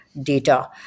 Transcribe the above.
data